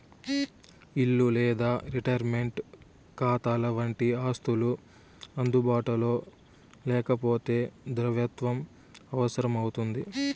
ఇల్లు లేదా రిటైర్మంటు కాతాలవంటి ఆస్తులు అందుబాటులో లేకపోతే ద్రవ్యత్వం అవసరం అవుతుంది